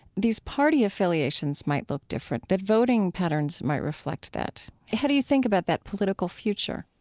these party affiliations might look different, that voting patterns might reflect that? how do you think about that political future?